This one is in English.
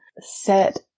set